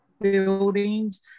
buildings